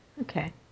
okay